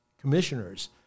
commissioners